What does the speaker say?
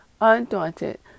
undaunted